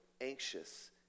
anxious